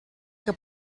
que